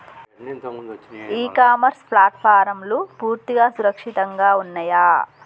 ఇ commerce ప్లాట్ఫారమ్లు పూర్తిగా సురక్షితంగా ఉన్నయా?